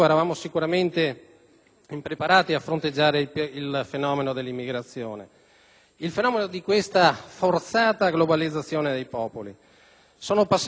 di questa forzata globalizzazione dei popoli. Sono passati i periodi in cui si è scherzato sul problema sicurezza. E si è scherzato parecchio,